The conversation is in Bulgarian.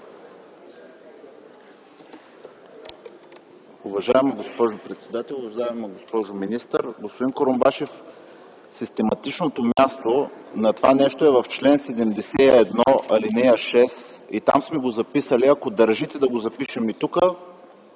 Уважаема госпожо председател, уважаема госпожо министър! Господин Курумбашев, систематичното място на това нещо е в чл. 71, ал. 6. Там сме го записали. Ако държите да го запишем и тук